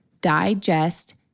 digest